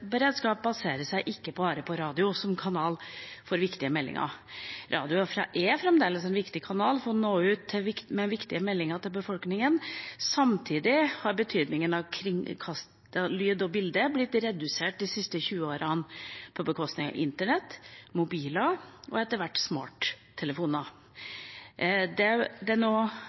fremdeles en viktig kanal for å nå ut med viktige meldinger til befolkningen. Samtidig er betydningen av kringkastet lyd og bilde blitt redusert de siste 20 årene, til fordel for internett, mobiler og etter hvert smarttelefoner. Det er noe Direktoratet for samfunnssikkerhet og beredskap og Sivilforsvaret har tatt konsekvensen av, og de informerer befolkningen med varslingsprøver, der de også søker informasjon. Det